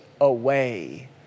away